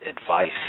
advice